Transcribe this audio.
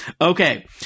Okay